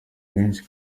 benshi